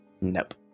Nope